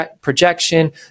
projection